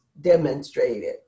demonstrated